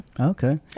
Okay